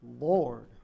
Lord